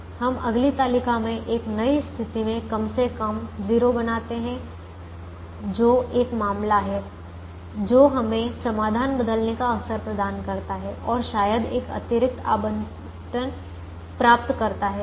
हम अगली तालिका में एक नई स्थिति में कम से कम 0 बनाते हैं जो एक मामला है जो हमें समाधान बदलने का अवसर प्रदान करता है और शायद एक अतिरिक्त आवंटन प्राप्त करता है